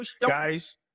Guys